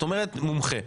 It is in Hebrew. את אומרת מומחה,